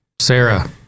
Sarah